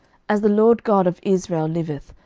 as the lord god of israel liveth,